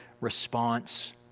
response